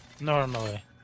Normally